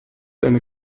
eine